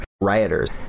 rioters